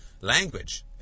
Language